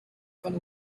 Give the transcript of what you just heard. von